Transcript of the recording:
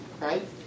Right